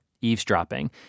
eavesdropping